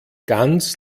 ganz